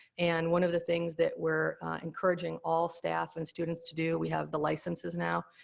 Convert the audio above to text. and one of the things that we're encouraging all staff and students to do, we have the licenses now,